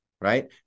right